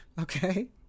Okay